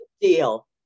deal